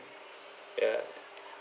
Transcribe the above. ya